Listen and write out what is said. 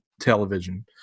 television